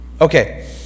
Okay